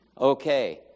Okay